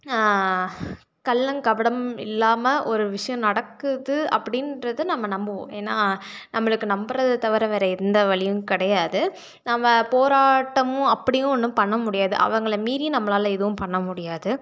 கள்ளம் கபடம் இல்லாமல் ஒரு விஷயம் நடக்குது அப்படின்றது நம்ம நம்புவோம் ஏன்னால் நம்மளுக்கு நம்புகிறத தவிர வேறு எந்த வழியும் கிடையாது நம்ம போராட்டமும் அப்படியும் ஒன்றும் பண்ண முடியாது அவங்களை மீறி நம்மளால் எதுவும் பண்ண முடியாது